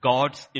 God's